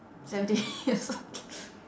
seventeen years old